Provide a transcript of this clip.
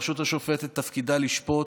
הרשות השופטת תפקידה לשפוט,